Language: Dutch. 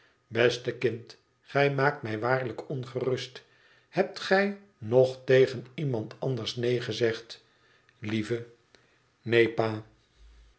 beste kind gij maakt mij waarlijk ongerust hebt gij nog tegen iemand anders neen gezegd lieve